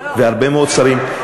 והרבה מאוד שרים.